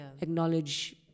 Acknowledge